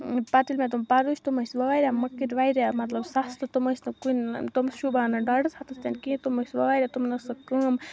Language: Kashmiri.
پَتہٕ ییٚلہِ مےٚ تِم پَردٕ وٕچھ تِم ٲسۍ واریاہ مٔکٕرۍ مَطلَب واریاہ سَستہٕ تِم ٲسۍ نہٕ کُنہِ تِم شوٗبہَن نہٕ ڈۄڈَس ہَتَس تِنہٕ کِہیٖنۍ تِم ٲسۍ واریاہ تِمن ٲس نہٕ کٲم